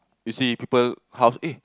you see people house eh